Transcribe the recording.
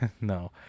No